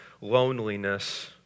loneliness